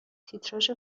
تیتراژ